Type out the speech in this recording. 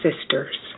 sisters